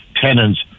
tenants